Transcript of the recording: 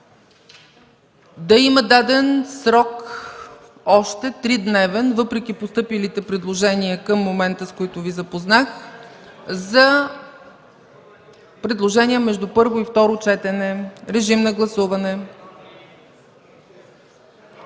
да има даден срок, още тридневен, въпреки постъпилите предложения към момента, с които Ви запознах, за предложения между първо и второ четене. Режим на гласуване!